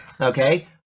Okay